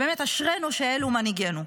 באמת, אשרינו שאלו מנהיגנו.